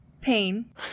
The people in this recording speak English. pain